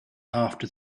after